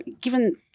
given